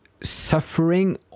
suffering